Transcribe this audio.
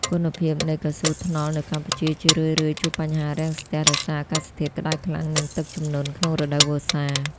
គុណភាពនៃកៅស៊ូថ្នល់នៅកម្ពុជា ជារឿយៗជួបបញ្ហារាំងស្ទះដោយសារអាកាសធាតុក្ដៅខ្លាំង និងទឹកជំនន់ក្នុងរដូវវស្សា។